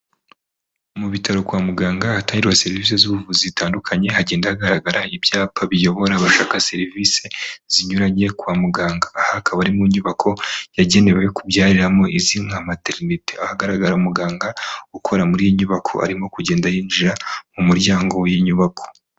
Mu bitaro kwa muganga hatangirwa serivisi z'ubuvuzi zitandukanye, hagenda hagaragara ibyapa biyobora abashaka serivisi zinyuranye kwa muganga, aha akaba ari mu nyubako yagenewe kubyariramo izwi nka materinite, ahagaragara muganga ukora muri iyi nyubako arimo kugenda yinjira mu muryango w'iyi nyubako.